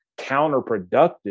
counterproductive